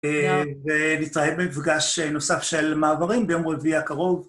ונתראה במפגש נוסף של מעברים ביום רביעי הקרוב.